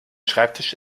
schreibtisch